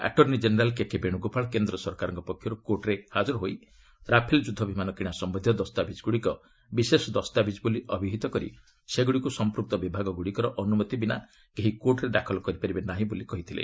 attorney general KK Venugopal କେନ୍ଦ୍ର ସରକାରଙ୍କ ପକ୍ଷରୁ କୋର୍ଟରେ ହାଜର ହୋଇ ରାଫେଲ୍ ଯୁଦ୍ଧ ବିମାନ କିଣା ସମ୍ୟନ୍ଧୀୟ ଦସ୍ତାବିଜ୍ଗୁଡ଼ିକ ବିଶେଷ ଦସ୍ତାବିଜ୍ ବୋଲି ଅଭିହିତ କରି ସେଗୁଡ଼ିକୁ ସମ୍ପ୍ଧକ୍ତ ବିଭାଗଗୁଡ଼ିକର ଅନୁମତି ବିନା କେହି କୋର୍ଟରେ ଦାଖଲ କରିପାରିବେ ନାହିଁ ବୋଲି କହିଥିଲେ